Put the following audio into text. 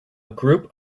group